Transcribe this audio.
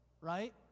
right